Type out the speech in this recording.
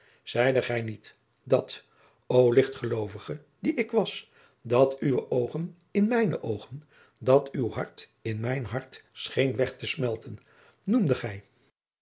zeide gij niet dat o ligtgeloovige die ik was dat uwe oogen in mijne oogen dat uw hart in mijn hart scheen weg te smelten noemde gij